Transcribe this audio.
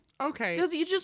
Okay